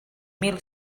mil